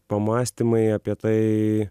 pamąstymai apie tai